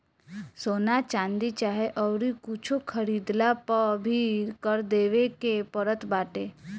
सोना, चांदी चाहे अउरी कुछु खरीदला पअ भी कर देवे के पड़त बाटे